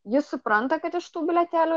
jis supranta kad iš tų bilietėlių